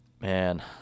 Man